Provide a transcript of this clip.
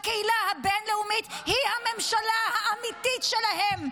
הקהילה הבין-לאומית היא הממשלה האמיתית שלהם.